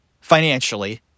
Financially